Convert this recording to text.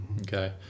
okay